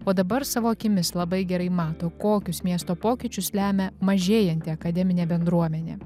o dabar savo akimis labai gerai mato kokius miesto pokyčius lemia mažėjanti akademinė bendruomenė